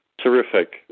terrific